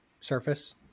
surface